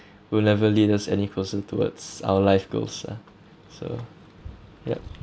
will never lead us any closer towards our life goals ah so yup